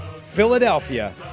Philadelphia